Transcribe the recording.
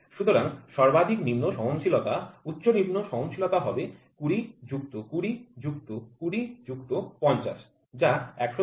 সুতরাং সর্বাধিক নিম্ন সহনশীলতা উচ্চ নিম্ন সহনশীলতা হবে ২০ যুক্ত ২০ যুক্ত ২০ যুক্ত ৫০ যা ১১০ হবে